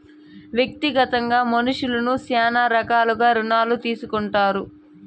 వ్యక్తిగతంగా మనుష్యులు శ్యానా రకాలుగా రుణాలు తీసుకుంటారు